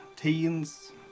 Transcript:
teens